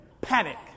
panic